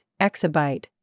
exabyte